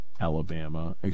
Alabama